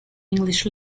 english